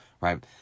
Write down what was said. right